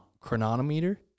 chronometer